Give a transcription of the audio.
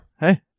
Hey